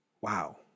Wow